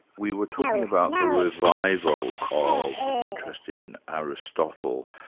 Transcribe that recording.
we were talking about the revival of interest in aristotle,